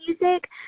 music